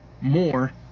more